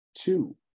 two